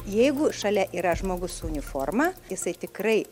jeigu šalia yra žmogus su uniforma jisai tikrai